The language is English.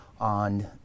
on